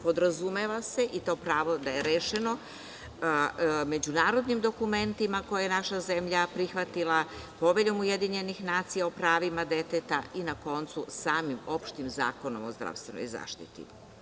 Podrazumeva se i to pravo da je rešeno međunarodnim dokumentima koje je naša zemlja prihvatila Poveljom UN o pravima deteta i na koncu samim opštim Zakonom o zdravstvenoj zaštiti.